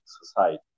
society